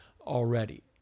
already